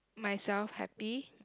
myself happy